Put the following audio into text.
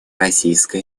российская